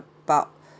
about